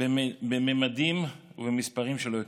בממדים ובמספרים שלא הכרתי.